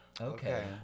Okay